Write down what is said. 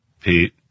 Pete